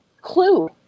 clue